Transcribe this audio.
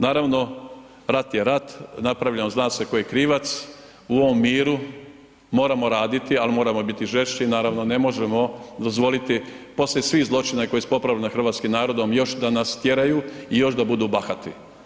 Naravno, rat je rat, napravljeno je zna se tko je krivac, u ovom miru moramo raditi ali moramo biti i žešći, naravno ne možemo dozvoliti poslije svih zločina koji su ... nad hrvatskim narodom još da nas tjeraju i još da budu bahati.